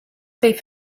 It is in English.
beef